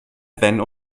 wenn